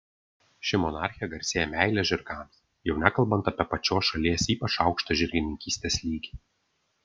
ši monarchė garsėja meile žirgams jau nekalbant apie pačios šalies ypač aukštą žirgininkystės lygį